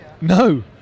No